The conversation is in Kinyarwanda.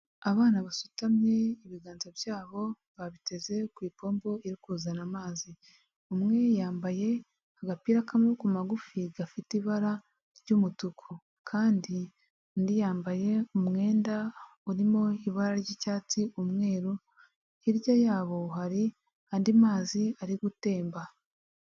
Abana basutamye ibiganza byabo babiteze ku ipombo iri kuzana amazi, umwe yambaye agapira k'amabako magufi gafite ibara ry'umutuku kandi undi yambaye umwenda urimo ibara ry'icyatsi, umweru, hirya yabo hari andi mazi ari gutemba.